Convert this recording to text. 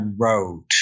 wrote